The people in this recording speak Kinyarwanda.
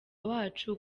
wacu